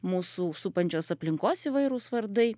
mūsų supančios aplinkos įvairūs vardai